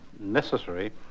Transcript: necessary